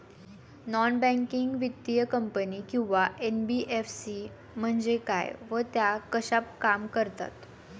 Non banking वित्तीय company किंवा NBFC म्हणजे काय व त्या कशा काम करतात?